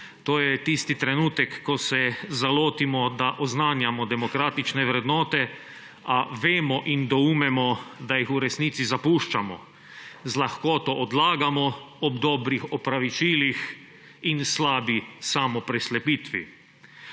To je tisti trenutek, ko se zalotimo, da oznanjamo demokratične vrednote, a vemo in doumemo, da jih v resnici zapuščamo. Z lahkoto odlagamo ob dobrih opravičilih in slabi samopreslepitvi.